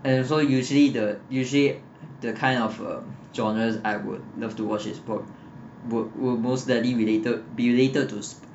and also usually the usually the kind of uh genre I would love to watch is pro~ pro~ will most likely related be related to